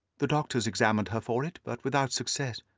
the doctors examined her for it, but without success.